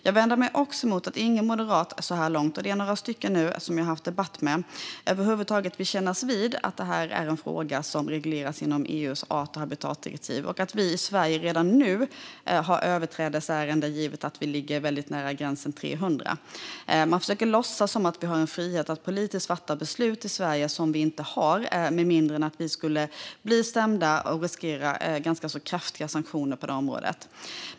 Jag vänder mig också mot att ingen moderat så här långt - jag har nu haft debatter med några stycken - över huvud taget vill kännas vid att detta är en fråga som regleras inom EU:s art och habitatdirektiv och att vi i Sverige redan nu har överträdelseärenden givet att vi ligger väldigt nära gränsen 300. Man försöker låtsas som att vi har en frihet att politiskt fatta beslut i Sverige som vi inte har med mindre än att vi skulle bli stämda och riskera ganska kraftiga sanktioner på det området.